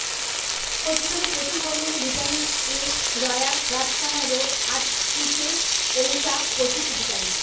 কচু শাকে প্রচুর পরিমাণে ভিটামিন এ রয়ায় রাতকানা রোগ আটকিতে অউটা প্রচুর উপকারী